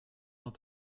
dans